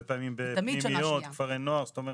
זה תמיד שנה שנייה.